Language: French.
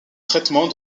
traitement